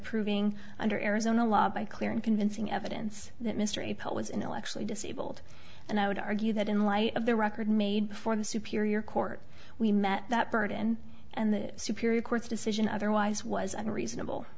proving under arizona law by clear and convincing evidence that mr a pole was intellectually disabled and i would argue that in light of the record made before the superior court we met that burden and the superior court's decision otherwise was unreasonable